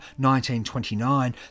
1929